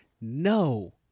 No